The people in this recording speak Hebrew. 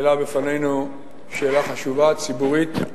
העלה בפנינו שאלה חשובה, ציבורית,